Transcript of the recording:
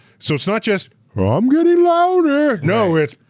so it's not just, i'm getting louder. no, it's,